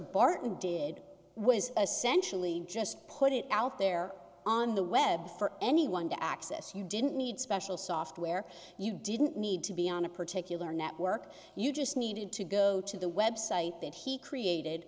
barton did was a sensually just put it out there on the web for anyone to access you didn't need special software you didn't need to be on a particular network you just needed to go to the website that he created